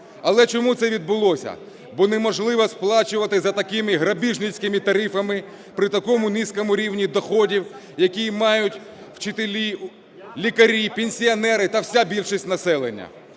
Але чому це відбулося? Бо неможливо сплачувати за такими грабіжницькими тарифами при такому низькому рівні доходів, які мають вчителі, лікарі, пенсіонери та вся більшість населення.